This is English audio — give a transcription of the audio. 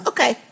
Okay